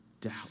doubt